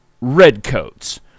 Redcoats